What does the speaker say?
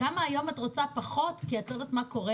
כמה היום את רוצה פחות כי את לא יודעת מה קורה